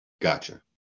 Gotcha